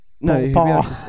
no